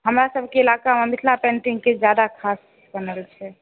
हमरा सभकेँ इलाकामे मिथिला पेन्टिंगकेँ जादा खास बनल चाही